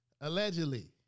Allegedly